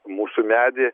mūsų medį